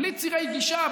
בלי צירי גישה,